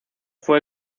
fue